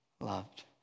loved